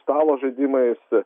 stalo žaidimai